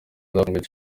zakunzwe